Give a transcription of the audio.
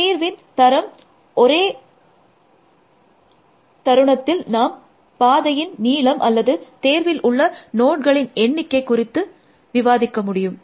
தீர்வின் தரம் ஒரே 4511 இந்த தருணத்தில் நாம் பாதையின் நீளம் அல்லது தேர்வில் உள்ள நோட்களின் எண்ணிக்கை குறித்து நாம் விவாதிக்க முடியும்